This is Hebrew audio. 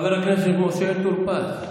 חבר הכנסת משה טור פז,